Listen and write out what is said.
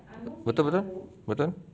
betul betul betul